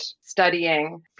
studying